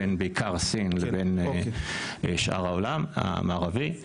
בין בעיקר סין לבין שאר העולם המערבי.